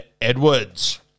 Edwards